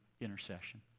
intercession